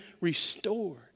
restored